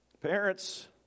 parents